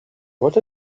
what